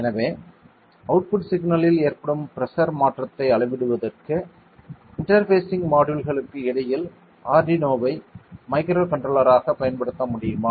எனவே அவுட்புட் சிக்னலில் ஏற்படும் பிரஷர் மாற்றத்தை அளவிடுவதற்கு இன்டர்பேஸிங் மாட்யூளுக்கு இடையில் ஆர்டினோவை மைக்ரோ கண்ட்ரோலர் ஆக பயன்படுத்த முடியுமா